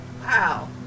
Wow